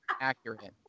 accurate